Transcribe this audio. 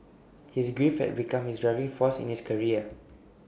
his grief had become his driving force in his career